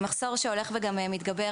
זה מחסור שהולך ומתגבר.